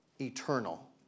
eternal